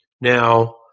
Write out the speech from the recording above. now